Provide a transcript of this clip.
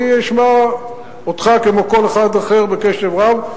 אני אשמע אותך כמו את כל אחד אחר בקשב רב.